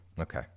Okay